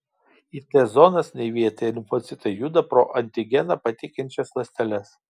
į t zonas naivieji t limfocitai juda pro antigeną pateikiančias ląsteles